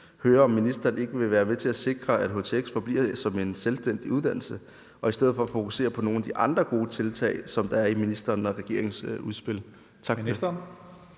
høre, om ministeren ikke vil være med til at sikre, at htx forbliver en selvstændig uddannelse, og i stedet for fokusere på nogle af de andre gode tiltag, der er ministerens og regeringens udspil. Tak. Kl.